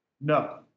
No